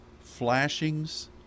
flashings